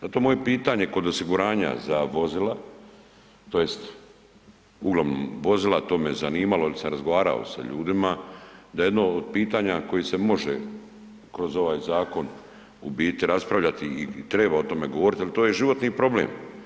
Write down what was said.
Zato moje pitanje kod osiguranja za vozila tj. uglavnom vozila, to me zanimalo jer sam razgovarao sa ljudima da jedno od pitanja koje se može u biti kroz ovaj zakon raspravljati i treba o tome govoriti jel to je životni problem.